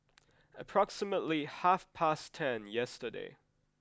approximately half past ten yesterday